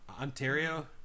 Ontario